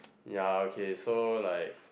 ya okay so like